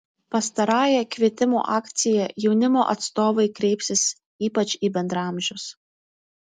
pastarąja kvietimų akcija jaunimo atstovai kreipsis ypač į bendraamžius